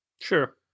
Sure